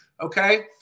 okay